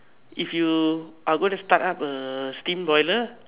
if you are going to start up a steam boiler